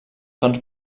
tons